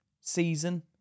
season